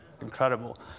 incredible